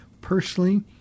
personally